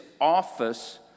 office